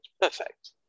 Perfect